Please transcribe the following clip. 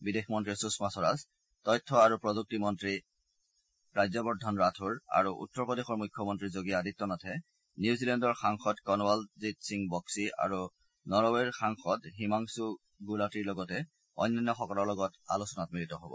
বিদেশ মন্ত্ৰী সুষমা স্বৰাজ তথ্য আৰু প্ৰযুক্তিমন্তী ৰাজ্যবৰ্ধন ৰাথোৰ আৰু উত্তৰ প্ৰদেশৰ মুখ্যমন্তী যোগী আদিত্যনাথে নিউজিলেণ্ডৰ সাংসদ কনৱাল জিৎ সিং বক্সী আৰু নৰৱেৰ সাংসদ হিমাংশু গুলাটীৰ লগতে অন্যান্যসকলৰ লগত আলোচনাত মিলিত হব